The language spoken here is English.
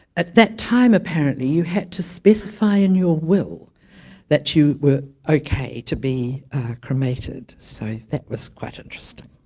at that time apparently you had to specify in your will that you were ok to be cremated, so that was quite interesting